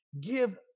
give